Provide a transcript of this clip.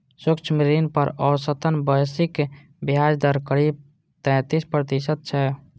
सूक्ष्म ऋण पर औसतन वैश्विक ब्याज दर करीब पैंतीस प्रतिशत छै